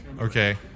Okay